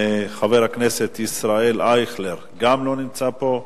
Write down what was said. חבר הכנסת ישראל אייכלר, גם כן לא נמצא פה.